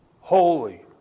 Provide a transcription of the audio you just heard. Holy